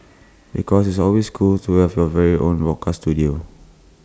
because it's always cool to have your very own broadcast Studio